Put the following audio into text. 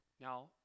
Now